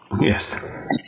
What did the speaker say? Yes